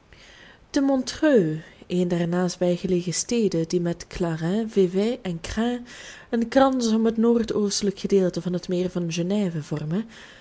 te montreux een der naastbijgelegen steden die met clarens vevay en crin een krans om het noordoostelijke gedeelte van het meer van genève vormen